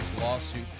lawsuit